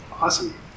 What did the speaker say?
Awesome